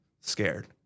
scared